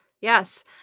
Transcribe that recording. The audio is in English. yes